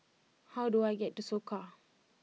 how do I get to Soka